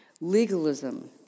Legalism